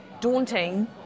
daunting